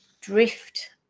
drift